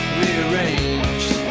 rearranged